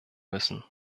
müssen